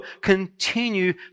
continue